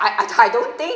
I I don't think